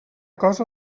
cosa